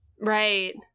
right